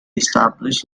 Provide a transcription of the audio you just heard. established